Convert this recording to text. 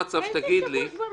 איזה שבוע-שבועיים?